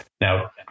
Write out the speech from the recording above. Now